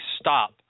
stop